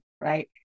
right